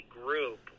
group